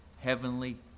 heavenly